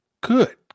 good